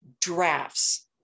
drafts